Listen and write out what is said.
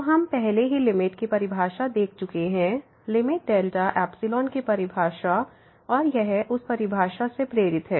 तो हम पहले ही लिमिट की परिभाषा देख चुके हैं लिमिट डेल्टा एप्सिलॉन की परिभाषा और यह उस परिभाषा से प्रेरित है